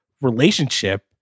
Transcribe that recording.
relationship